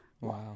Wow